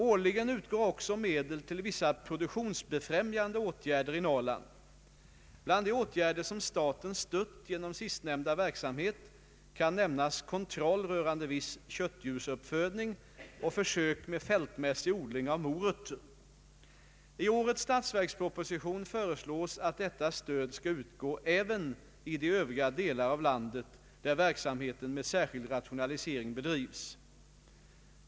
Årligen utgår också medel till vissa produktionsbefrämjande åtgärder i Norrland. Bland de åtgärder som staten stött genom sistnämnda verksamhet kan nämnas kontroll rörande viss köttdjursuppfödning och försök med fältmässig odling av morötter. I årets statsverksproposition föreslås att detta stöd skall utgå även i de övriga delar av landet där verksamheten med särskild rationaliserings bedrivs.